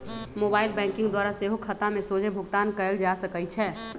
mobile banking द्वारा सेहो खता में सोझे भुगतान कयल जा सकइ छै